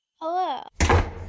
Hello